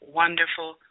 wonderful